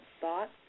thought